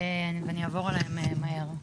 ואני אעבור עליהם מהר.